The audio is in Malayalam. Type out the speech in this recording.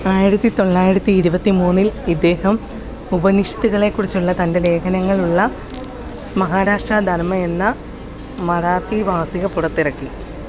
ആയിരത്തി തൊളളായിരത്തി ഇരുപത്തി മൂന്നിൽ ഇദ്ദേഹം ഉപനിഷത്തുകളെ കുറിച്ചുള്ള തൻ്റെ ലേഖനങ്ങളുള്ള മഹാരാഷ്ട്രാ ധർമ്മ എന്ന മറാത്തി മാസിക പുറത്തിറക്കി